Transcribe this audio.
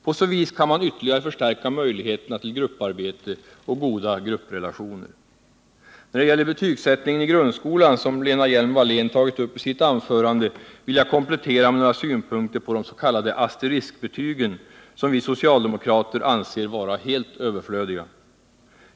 På så vis kan man ytterligare förstärka möjligheterna till grupparbete och goda grupprelationer. När det gäller betygsättningen i grundskolan, som Lena Hjelm-Wallén tagit upp i sitt anförande, vill jag komplettera med några synpunkter på de s.k.asteriskbetygen, som vi socialdemokrater anser vara helt överflödiga.